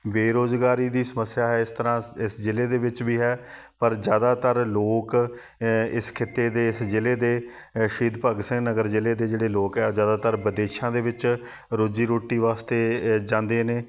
ਬੇਰੋਜ਼ਗਾਰੀ ਦੀ ਸਮੱਸਿਆ ਹੈ ਇਸ ਤਰ੍ਹਾਂ ਇਸ ਜ਼ਿਲ੍ਹੇ ਦੇ ਵਿੱਚ ਵੀ ਹੈ ਪਰ ਜ਼ਿਆਦਾਤਰ ਲੋਕ ਇਸ ਖਿੱਤੇ ਦੇ ਇਸ ਜ਼ਿਲ੍ਹੇ ਦੇ ਅ ਸ਼ਹੀਦ ਭਗਤ ਸਿੰਘ ਨਗਰ ਜ਼ਿਲ੍ਹੇ ਦੇ ਜਿਹੜੇ ਲੋਕ ਹੈ ਉਹ ਜ਼ਿਆਦਾਤਰ ਵਿਦੇਸ਼ਾਂ ਦੇ ਵਿੱਚ ਰੋਜ਼ੀ ਰੋਟੀ ਵਾਸਤੇ ਅ ਜਾਂਦੇ ਨੇ